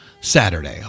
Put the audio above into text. Saturday